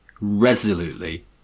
resolutely